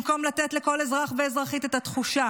במקום לתת לכל אזרח ואזרחית את התחושה